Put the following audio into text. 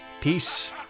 Peace